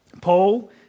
Paul